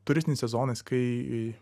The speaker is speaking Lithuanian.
turistiniais sezonas kai